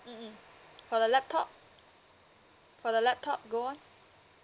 mm mm for the laptop for the laptop go on